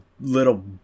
little